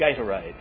Gatorade